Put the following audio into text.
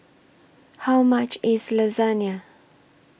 How much IS Lasagna